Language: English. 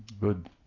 Good